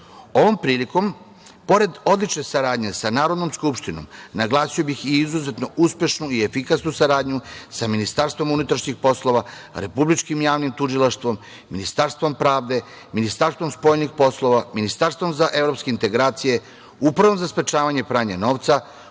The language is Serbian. Ovom prilikom, pored odlične saradnje sa Narodnom skupštinom, naglasio bih i izuzetno uspešnu i efikasnu saradnju sa Ministarstvom unutrašnjih poslova, Republičkim javnim tužilaštvom, Ministarstvom pravde, Ministarstvom spoljnih poslova, Ministarstvom za evropske integracije, Upravom za sprečavanje pranja novca,